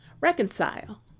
reconcile